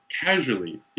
casually